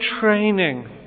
training